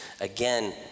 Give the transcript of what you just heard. Again